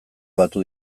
batu